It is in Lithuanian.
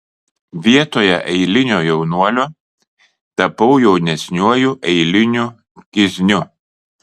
vietoje eilinio jaunuolio tapau jaunesniuoju eiliniu kizniu